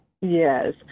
Yes